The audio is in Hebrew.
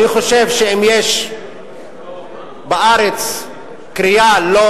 אני חושב שאם יש בארץ קריאה לא